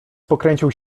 pokręcił